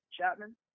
Chapman